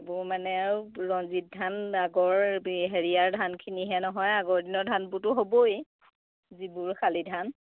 এইবোৰ মানে আৰু ৰণজিৎ ধান আগৰ হেৰিআৰ ধানখিনি হে নহয় আগৰ দিনৰ ধানবোৰটো হ'বই যিবোৰ শালি ধান